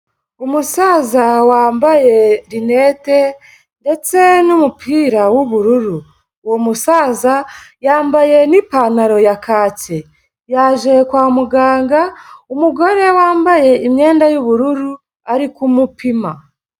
Umusaza wambaye rinete ndetse n'umupira w'ubururu, uwo musaza yambaye n'ipantaro ya kacyi, yaje kwa muganga, umugore wambaye imyenda y'ubururu ari kumupima.